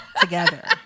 together